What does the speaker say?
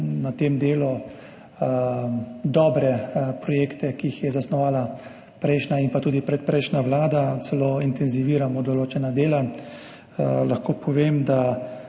nadaljevali dobreprojekte, ki jih je zasnovala prejšnja in pa tudi predprejšnja vlada, celo intenziviramo določena dela. Lahko povem, da